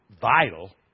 vital